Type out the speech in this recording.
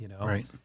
right